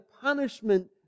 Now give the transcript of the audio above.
punishment